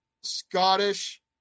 Scottish